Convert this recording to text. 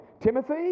Timothy